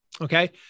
Okay